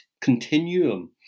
continuum